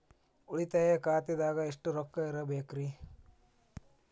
ಉಳಿತಾಯ ಖಾತೆದಾಗ ಎಷ್ಟ ರೊಕ್ಕ ಇಡಬೇಕ್ರಿ?